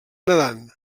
nedant